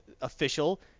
Official